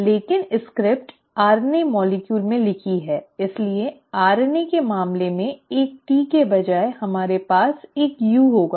लेकिन script RNA अणु में लिखी है इसलिए आरएनए के मामले में एक T के बजाय हमारे पास एक U होगा